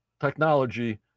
technology